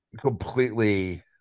completely